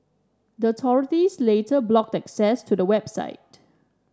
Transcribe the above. the authorities later blocked access to the website